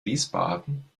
wiesbaden